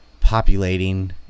populating